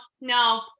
no